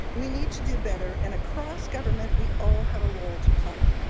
we need to do better and across government we all have a role to play.